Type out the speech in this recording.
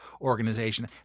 organization